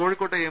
കോഴിക്കോട്ടെ എം